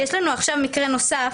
יש לנו עכשיו מקרה נוסף,